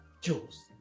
Jules